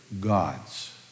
gods